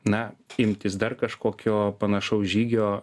na imtis dar kažkokio panašaus žygio